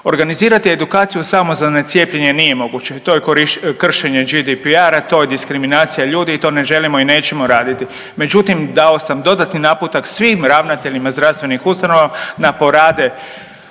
Organizirati edukaciju samo za ne cijepljenje nije moguće i to je kršenje GDPR-a, to je diskriminacija ljudi i to ne želimo i nećemo raditi. Međutim, dao sam dodatni naputak svim ravnateljima zdravstvenih ustanova da porade